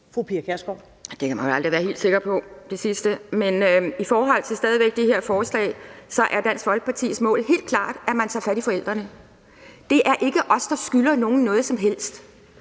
Pia Kjærsgaard (DF): Det kan man jo aldrig være helt sikker på, altså det sidste. Men i forhold til det her forslag er Dansk Folkepartis mål helt klart, at man tager fat i forældrene. Det er ikke os, der skylder nogen noget som helst.